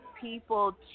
people